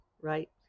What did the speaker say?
right